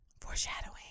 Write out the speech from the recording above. Foreshadowing